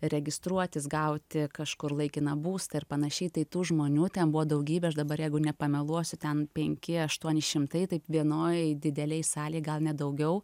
registruotis gauti kažkur laikiną būstą ir panašiai tai tų žmonių ten buvo daugybė aš dabar jeigu nepameluosiu ten penki aštuoni šimtai tai vienoj didelėj salėj gal net daugiau